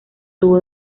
tuvo